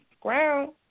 ground